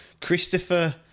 Christopher